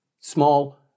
small